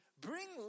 Bring